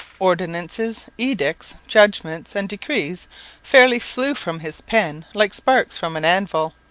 ordinances, edicts, judgments and decrees fairly flew from his pen like sparks from an anvil.